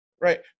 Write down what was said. right